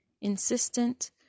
insistent